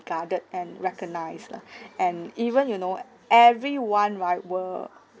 ~garded and recognised lah and even you know everyone right will